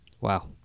wow